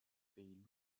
pays